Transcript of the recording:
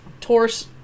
Torse